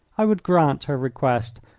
i would grant her request,